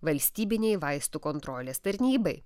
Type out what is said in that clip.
valstybinei vaistų kontrolės tarnybai